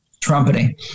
trumpeting